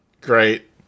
Great